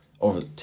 over